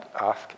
ask